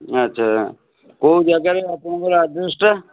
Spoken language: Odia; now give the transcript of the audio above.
ଆଚ୍ଛା କେଉଁ ଜାଗାରେ ଆପଣଙ୍କ ଆଡ଼୍ରେସ୍ଟା